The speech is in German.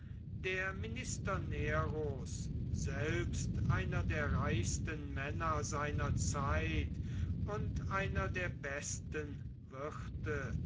der minister neros selbst einer der reichsten männer seiner zeit und einer der besten wirte